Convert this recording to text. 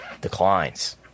declines